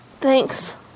thanks